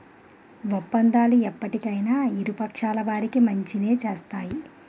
ఒప్పందాలు ఎప్పటికైనా ఇరు పక్షాల వారికి మంచినే చేస్తాయి